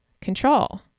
control